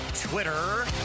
Twitter